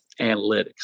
analytics